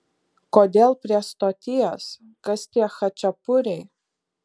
kodėl prie stoties kas tie chačapuriai